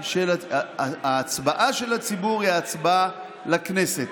ההצבעה של הציבור היא הצבעה לכנסת,